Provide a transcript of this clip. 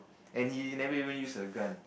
and he never even use a gun